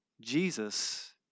Jesus